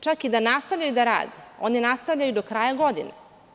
Čak i da nastavljaju da rade oni nastavljaju do kraja godine.